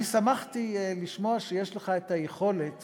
אני שמחתי לשמוע שיש לך היכולת